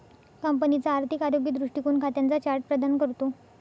कंपनीचा आर्थिक आरोग्य दृष्टीकोन खात्यांचा चार्ट प्रदान करतो